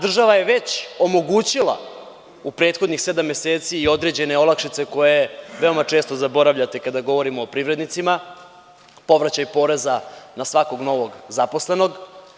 Država je već omogućila u prethodnih sedam meseci i određene olakšice koje veoma često zaboravljate kada govorimo o privrednicima, kao što je povraćaj poreza na svakog novog zaposlenog.